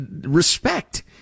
respect